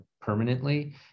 permanently